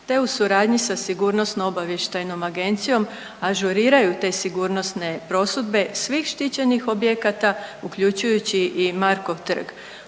te u suradnji sa Sigurnosno-obavještajnom agencijom ažuriraju te sigurnosne prosudbe svih štićenih objekata uključujući i Markov trg.